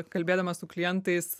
kalbėdama su klientais